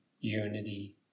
unity